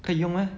可以用 meh